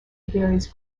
varies